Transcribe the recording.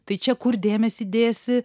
tai čia kur dėmesį dėsi